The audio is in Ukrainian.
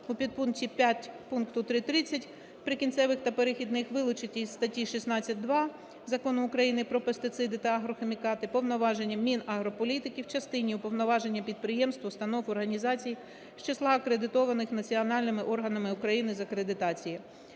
У підпункті 5 пункту 3.30 "Прикінцевих та перехідних" вилучити із статті 16.2 Закону України "Про пестициди та агрохімікати" повноваження Мінагрополітики в частині уповноваження підприємств, установ, організацій з числа акредитованих національними органами України з акредитації